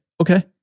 Okay